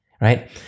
right